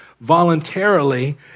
voluntarily